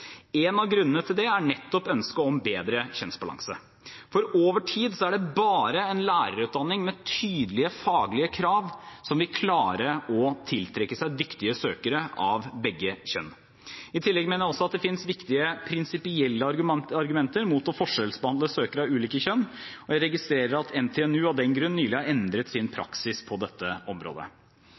En av grunnene til det er nettopp ønsket om bedre kjønnsbalanse, for over tid er det bare en lærerutdanning med tydelige faglige krav som vil klare å tiltrekke seg dyktige søkere av begge kjønn. I tillegg mener jeg også at det finnes viktige prinsipielle argumenter mot å forskjellsbehandle søkere av ulike kjønn, og jeg registrerer at NTNU av den grunn nylig har endret sin praksis på dette området.